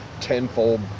tenfold